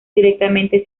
directamente